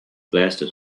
blasted